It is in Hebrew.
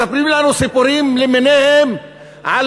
מספרים לנו סיפורים למיניהם על